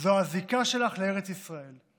זו הזיקה שלך לארץ ישראל,